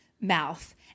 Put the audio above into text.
mouth